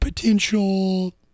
potential